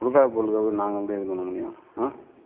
கொடுக்காத பொருளுக்கு எப்படி நாங்க எப்படி இது பண்ண முடியும்